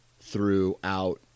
throughout